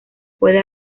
puede